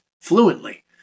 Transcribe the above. Fluently